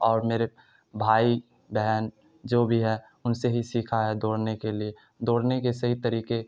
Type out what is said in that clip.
اور میرے بھائی بہن جو بھی ہے ان سے ہی سیکھا ہے دوڑنے کے لیے دوڑنے کے صحیح طریقے